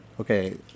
okay